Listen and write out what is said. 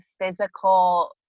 physical